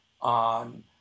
on